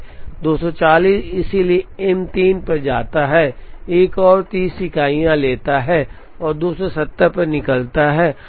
240 इसलिए एम 3 पर जाता है एक और 30 इकाइयाँ लेता है और 270 पर निकलता है